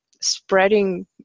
spreading